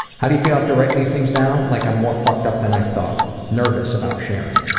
how do you feel after writing these things down? like i'm more fucked up than i thought. nervous about sharing.